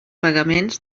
pagaments